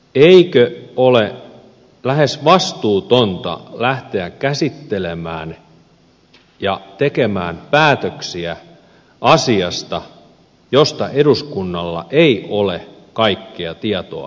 eikö ole lähes vastuutonta lähteä käsittelemään ja tekemään päätöksiä asiasta josta eduskunnalla ei ole kaikkea tietoa saatavilla